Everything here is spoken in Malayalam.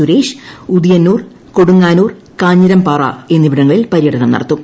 സുരേഷ് ഉദിയന്നൂർ കൊടുങ്ങാനൂർ കാഞ്ഞിരംപാറ എന്നിവിടങ്ങളിൽ പര്യടനം നടത്തും